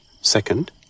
Second